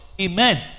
Amen